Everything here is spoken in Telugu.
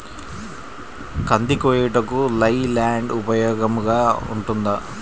కంది కోయుటకు లై ల్యాండ్ ఉపయోగముగా ఉంటుందా?